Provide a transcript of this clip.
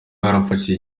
yarafashije